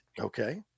Okay